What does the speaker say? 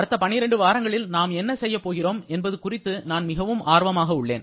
அடுத்த 12 வாரங்களில் நாம் என்ன செய்யப் போகிறோம் என்பது குறித்து நான் மிகவும் ஆர்வமாக உள்ளேன்